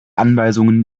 anweisungen